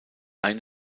ein